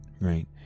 Right